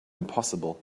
impossible